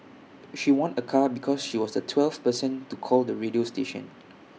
she won A car because she was the twelfth person to call the radio station